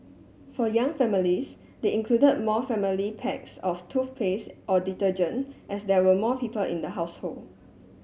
for young families they included more family packs of toothpaste or detergent as there were more people in the household